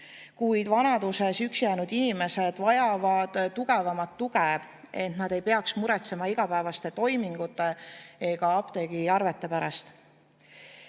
Kuid vanaduses üksi jäänud inimesed vajavad tugevamat tuge, et nad ei peaks muretsema igapäevaste toimingute ega apteegiarvete pärast.